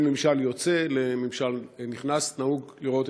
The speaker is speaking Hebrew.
בין ממשל יוצא לממשל נכנס נהוג לראות